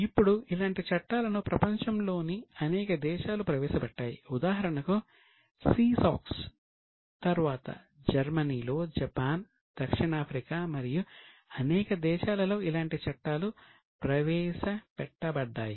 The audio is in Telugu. ఇప్పుడు ఇలాంటి చట్టాలను ప్రపంచంలోని అనేక దేశాలు ప్రవేశపెట్టాయి ఉదాహరణకు C SOX తర్వాత జర్మనీలో జపాన్ దక్షిణాఫ్రికా మరియు అనేక దేశాలలో ఇలాంటి చట్టాలు ప్రవేశపెట్టబడ్డాయి